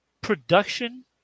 Production